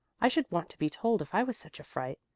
i should want to be told if i was such a fright,